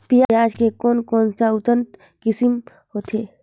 पियाज के कोन कोन सा उन्नत किसम होथे?